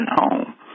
home